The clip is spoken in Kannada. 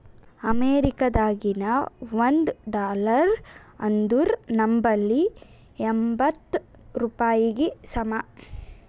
ಅಮೇರಿಕಾದಾಗಿನ ಒಂದ್ ಡಾಲರ್ ಅಂದುರ್ ನಂಬಲ್ಲಿ ಎಂಬತ್ತ್ ರೂಪಾಯಿಗಿ ಸಮ